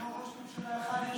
יש ראש ממשלה אחד.